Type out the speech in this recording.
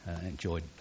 enjoyed